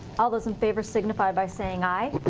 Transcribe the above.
all those in favor signify by saying aye.